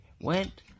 went